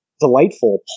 delightful